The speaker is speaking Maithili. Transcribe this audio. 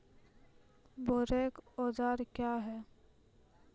बोरेक औजार क्या हैं?